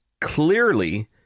clearly